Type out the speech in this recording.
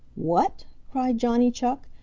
what? cried johnny chuck.